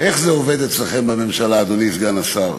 איך זה עובד אצלכם בממשלה, אדוני סגן השר?